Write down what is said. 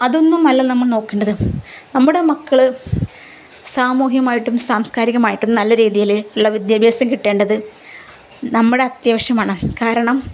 അതൊന്നും അല്ല നമ്മൾ നോക്കേണ്ടത് നമ്മുടെ മക്കൾ സാമൂഹ്യമായിട്ടും സാംസ്കാരികമായിട്ടും നല്ല രീതിയിൽ ഉള്ള വിദ്യാഭ്യാസം കിട്ടേണ്ടത് നമ്മുടെ അത്യാവശ്യമാണ് കാരണം